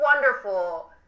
wonderful –